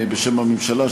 בשם הממשלה,